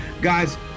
Guys